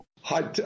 Hi